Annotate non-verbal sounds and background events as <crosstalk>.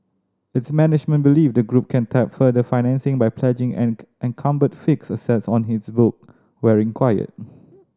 its management believe the group can tap further financing by pledging <unintelligible> encumbered fixed assets on his book where required